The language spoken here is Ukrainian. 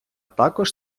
також